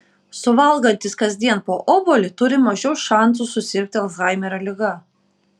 suvalgantys kasdien po obuolį turi mažiau šansų susirgti alzhaimerio liga